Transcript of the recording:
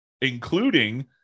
including